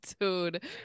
Dude